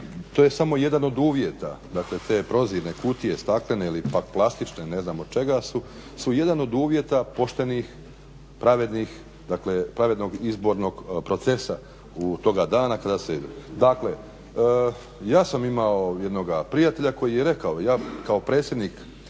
to je samo jedan od uvjeta. Dakle, te prozirne kutije, staklene ili pak plastične, ne znam od čega su, su jedan od uvjeta poštenih, pravednih, dakle pravednog izbornog procesa toga dana. Dakle, ja sam imao jednoga prijatelja koji je rekao ja kao predsjednik